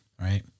right